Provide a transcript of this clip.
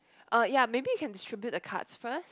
uh yea maybe you can distribute the cards first